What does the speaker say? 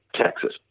Texas